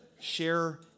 share